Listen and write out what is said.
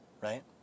right